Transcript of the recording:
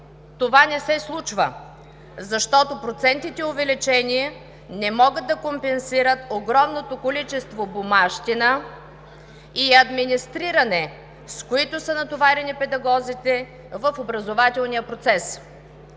това не се случва, защото процентите увеличение не могат да компенсират огромното количество бумащина и администриране, с които са натоварени педагозите в образователния процес,